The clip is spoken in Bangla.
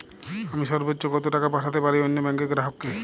আমি সর্বোচ্চ কতো টাকা পাঠাতে পারি অন্য ব্যাংক র গ্রাহক কে?